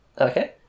okay